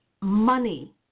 money